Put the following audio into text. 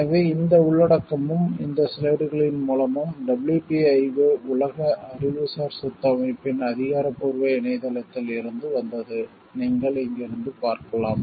எனவே இந்த உள்ளடக்கமும் இந்த ஸ்லைடுகளின் மூலமும் WPIO உலக அறிவுசார் சொத்து அமைப்பின் அதிகாரப்பூர்வ இணையதளத்தில் இருந்து வந்தது நீங்கள் இங்கிருந்து பார்க்கலாம்